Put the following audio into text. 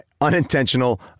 unintentional